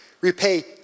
repay